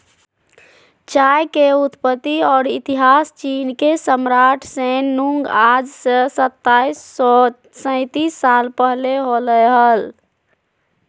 चाय के उत्पत्ति और इतिहासचीनके सम्राटशैन नुंगआज से सताइस सौ सेतीस साल पहले होलय हल